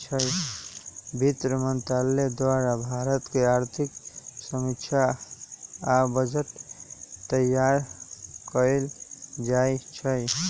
वित्त मंत्रालय द्वारे भारत के आर्थिक समीक्षा आ बजट तइयार कएल जाइ छइ